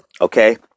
okay